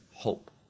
hope